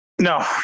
No